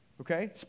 okay